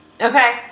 Okay